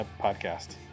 podcast